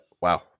Wow